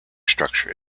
structure